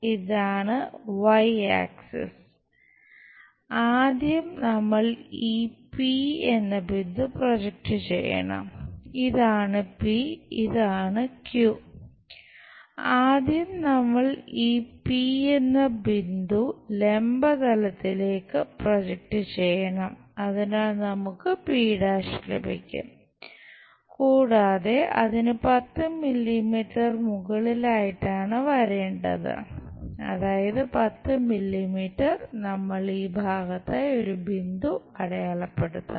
ഇതാണ് x axis നമ്മൾ ഈ ഭാഗത്തായി ഒരു ബിന്ദു അടയാളപ്പെടുത്തണം